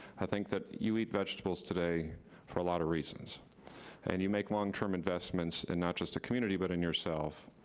i think that you eat vegetables today for a lot of reasons and you make long-term investments in not just a community, but in yourself,